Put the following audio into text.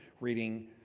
reading